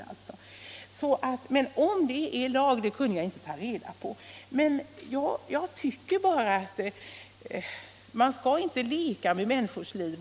Hur som helst tycker jag inte att man skall få leka med människors liv.